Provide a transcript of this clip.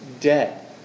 dead